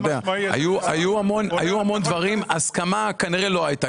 היו המון דברים; הסכמה כנראה שלא הייתה,